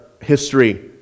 history